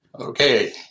Okay